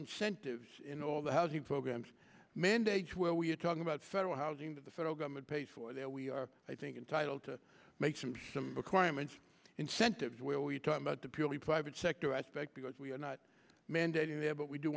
incentives in all the housing programs mandates where we're talking about federal housing that the federal government pays for there we are i think entitled to make some some requirements incentives where we talk about the purely private sector aspect because we are not mandating them but we do